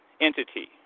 entity